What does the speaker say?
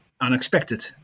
unexpected